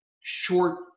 short